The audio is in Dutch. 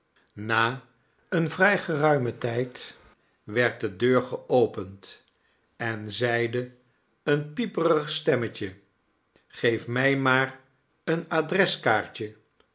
na een vrij geruimen tijd werd de deur geopend en zeide een pieperig stemmetje geef mij maar een